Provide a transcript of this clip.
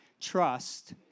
trust